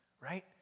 right